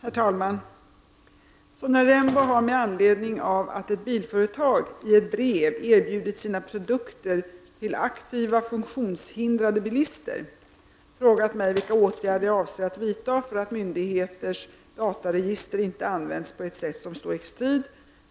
Herr talman! Sonja Rembo har med anledning av att ett bilföretag i ett brev erbjudit sina produkter till ”aktiva funktionshindrade bilister” frågat mig vilka åtgärder jag avser att vidta för att myndigheters dataregister inte används på ett sätt som står i strid